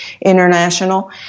International